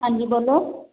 ਹਾਂਜੀ ਬੋਲੋ